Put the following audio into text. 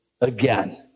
Again